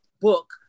book